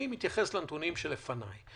אני מתייחס לנתונים שלפניי.